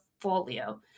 portfolio